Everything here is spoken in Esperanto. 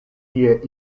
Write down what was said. tie